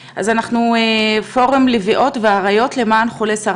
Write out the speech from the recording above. שלום ליו"ר הוועדה ולכל ראשי הארגונים והמשרדים שהגיעו למפגש.